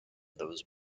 those